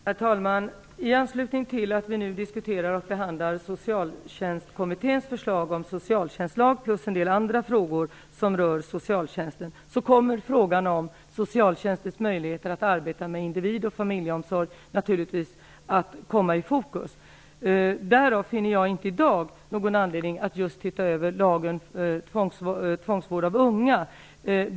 Herr talman! I anslutning till att vi nu diskuterar och behandlar Socialtjänstkommitténs förslag om socialtjänstlag samt en del andra frågor som rör socialtjänsten, kommer naturligtvis frågan om socialtjänstens möjligheter att arbeta med individ och familjeomsorg att stå i fokus. Därav finner jag inte i dag någon anledning att just se över lagen om tvångsvård av unga.